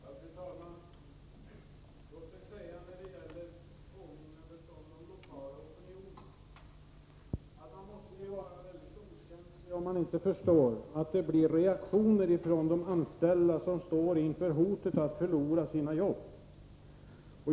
Fru talman! Låt mig när det gäller hänvisningen till de lokala opinionerna säga att man måste vara mycket okänslig om man inte förstår att det blir reaktioner från de anställda som står inför hotet att förlora sina jobb.